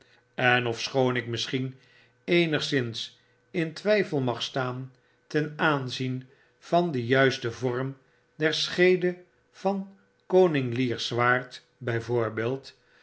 en ofschoon ik misschien eenigszins in twijfel mag staan ten aanzien van den juisten vorm der scheede van koning lear's zwaard